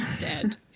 dead